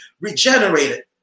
regenerated